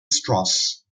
strauss